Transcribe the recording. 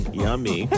yummy